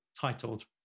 titled